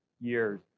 years